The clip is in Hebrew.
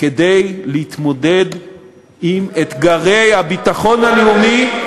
כדי להתמודד עם אתגרי הביטחון הלאומי,